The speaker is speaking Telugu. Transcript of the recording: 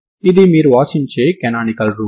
ఇది మీరు ఆశించే కనానికల్ రూపం